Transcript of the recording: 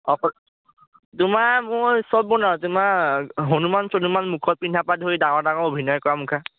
অকল তোমাৰ মোৰ চব বনাওঁ তোমাৰ হনুমান চনুমান মুখত পিন্ধা পৰা ধৰি ডাঙৰ ডাঙৰ অভিনয় কৰা মুখা